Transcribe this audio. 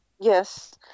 Yes